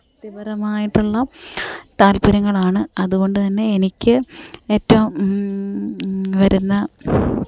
വ്യക്തിപരമായിട്ടുള്ള താല്പര്യങ്ങളാണ് അതുകൊണ്ട് തന്നെ എനിക്ക് ഏറ്റവും വരുന്ന